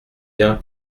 bien